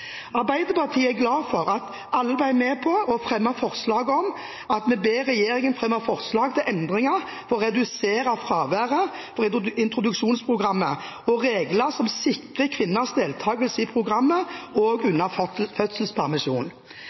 Arbeiderpartiet er glad for at alle ble med på å fremme forslag om at vi ber regjeringen fremme forslag til endringer for å redusere fraværet fra introduksjonsprogrammet, og regler som sikrer kvinners deltakelse i programmet også under fødselspermisjon.